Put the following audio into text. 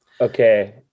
Okay